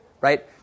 right